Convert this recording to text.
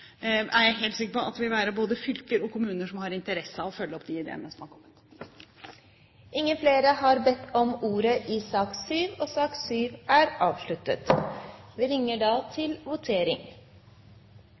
jeg er helt sikker på at det vil være både fylker og kommuner som har interesse av å følge opp de ideene som har kommet. Debatten i sak nr. 7 er avsluttet. Vi skal da gå til votering over sakene på dagens kart. I sak